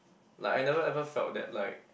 like I never ever felt that like